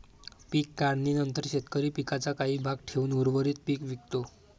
पीक काढणीनंतर शेतकरी पिकाचा काही भाग ठेवून उर्वरित पीक विकतो